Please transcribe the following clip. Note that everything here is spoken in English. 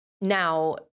now